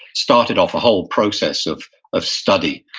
started off a whole process of of study,